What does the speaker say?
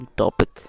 topic